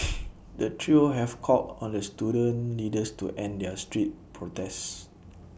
the trio have called on the student leaders to end their street protests